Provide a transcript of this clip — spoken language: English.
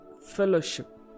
fellowship